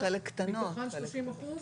מתוכן 30%?